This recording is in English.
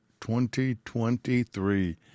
2023